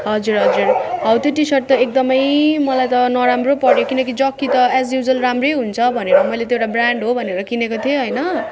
हजुर हजुर हौ त्यो टी सर्ट त एकदम मलाई त नराम्रो पऱ्यो किनकि जक्की त एज युजल राम्रो हुन्छ भनेर मैले त्यो एउटा ब्रान्ड हो भनेर किनेको थिएँ होइन